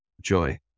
Joy